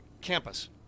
campus